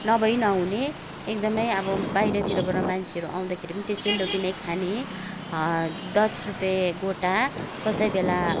नभइ नहुने एकदमै अब बाहिरतिरबाट मान्छेहरू पनि आउँदा खेरि पनि त्यो सेल रोटी नै खाने दस रुपियाँ गोटा कसै बेला